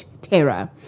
terror